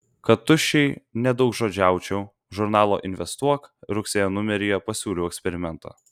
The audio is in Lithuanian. kad tuščiai nedaugžodžiaučiau žurnalo investuok rugsėjo numeryje pasiūliau eksperimentą